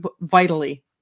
vitally